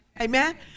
Amen